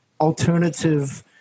alternative